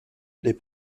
les